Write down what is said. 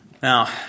Now